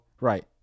right